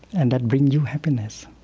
and that brings you happiness.